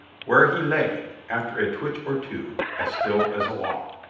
where he lay, after a twitch or two, as still as a log.